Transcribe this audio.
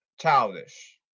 childish